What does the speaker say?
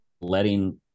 letting